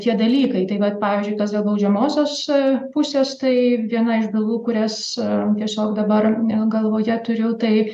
tie dalykai tai vat pavyzdžiui kas dėl baudžiamosios pusės tai viena iš bylų kurias tiesiog dabar galvoje turiu tai